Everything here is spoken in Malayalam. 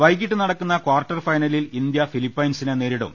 വൈകിട്ട് നടക്കുന്ന കാർട്ടർ ഫൈനലിൽ ഇന്ത്യ ഫിലിപ്പൈൻ സിനെ ്നേരിടും